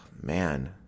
man